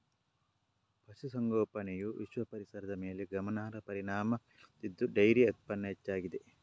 ಪಶು ಸಂಗೋಪನೆಯು ವಿಶ್ವ ಪರಿಸರದ ಮೇಲೆ ಗಮನಾರ್ಹ ಪರಿಣಾಮ ಬೀರುತ್ತಿದ್ದು ಡೈರಿ ಉತ್ಪನ್ನ ಹೆಚ್ಚಾಗಿದೆ